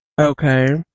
Okay